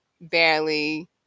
barely